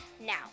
Now